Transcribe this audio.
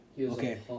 Okay